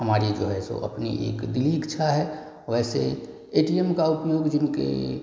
हमारी जो है सो अपनी एक दिली इच्छा है वैसे ए टी एम का उपयोग जिनके